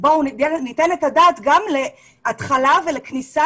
בואו ניתן את הדעת גם להתחלה ולכניסה